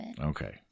Okay